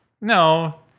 No